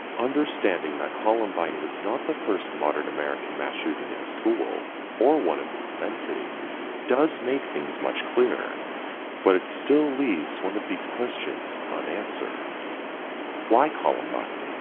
understanding that columbine was not the first modern american mass shooting in a school or one of its immensity does make things much clearer but it still leaves one of these questions unanswered why columbine?